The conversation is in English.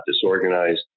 disorganized